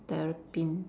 terrapin